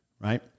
right